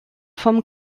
vom